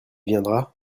viendra